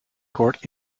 court